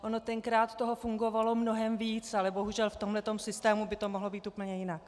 Ono tenkrát toho fungovalo mnohem víc, ale bohužel v tomhle systému by to mohlo být úplně jinak.